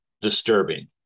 disturbing